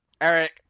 Eric